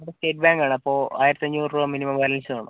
ഇവിടെ state bank ആണ് അപ്പം ആയിരത്തഞ്ഞൂറ് രൂപ മിനിമം ബാലൻസ് വേണം